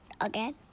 again